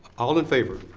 all in favor.